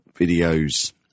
videos